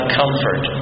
comfort